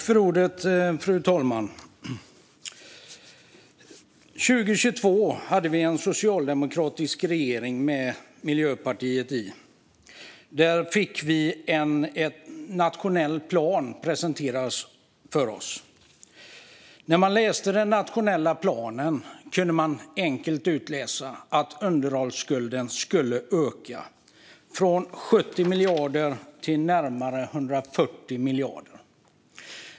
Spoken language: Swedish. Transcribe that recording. Fru talman! År 2022 hade vi en socialdemokratisk regering med Miljöpartiet i. Där fick vi en nationell plan presenterad för oss. Av den nationella planen kunde man enkelt utläsa att underhållsskulden skulle öka från 70 miljarder till närmare 140 miljarder.